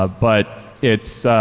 ah but it's